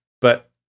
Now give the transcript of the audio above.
But-